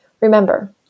Remember